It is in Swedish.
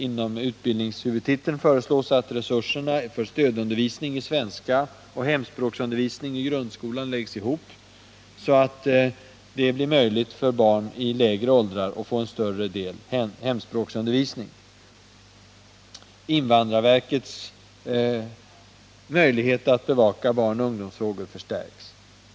Inom utbildningshuvudtiteln föreslås att resurserna för stödundervisning i svenska och hemspråksundervisning i grundskolan läggs ihop, så att det blir möjligt för barn i lägre åldrar att få en större del hemspråksundervisning. Invandrarverkets möjlighet att bevaka barnoch ungdomsfrågor förstärks.